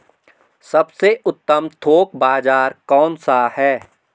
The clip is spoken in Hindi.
सबसे उत्तम थोक बाज़ार कौन सा है?